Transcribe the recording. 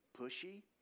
pushy